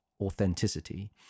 authenticity